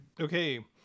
Okay